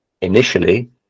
initially